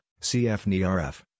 CFNRF